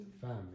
family